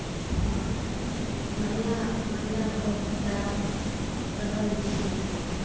महिला महिला होब जा रहल छी